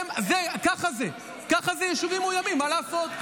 ככה זה, ככה זה יישובים מאוימים, מה לעשות?